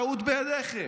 טעות בידיכם.